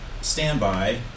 standby